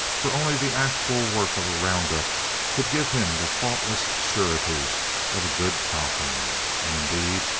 for only the actual work of a round-up could give him the faultless surety of a good cow-pony. and, indeed,